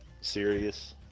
serious